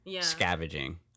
scavenging